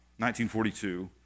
1942